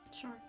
Sure